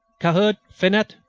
cahard, finet,